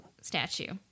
statue